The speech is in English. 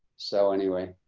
so anyway,